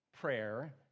prayer